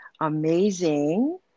amazing